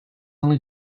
only